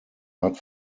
art